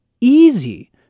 easy